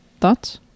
Thoughts